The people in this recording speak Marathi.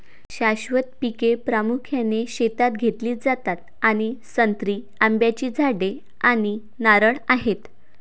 शाश्वत पिके प्रामुख्याने शेतात घेतली जातात आणि संत्री, आंब्याची झाडे आणि नारळ आहेत